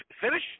finish